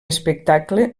espectacle